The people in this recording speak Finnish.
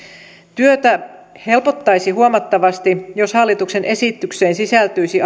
työtä helpottaisi huomattavasti jos hallituksen esitykseen sisältyisi